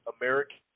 american